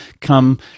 come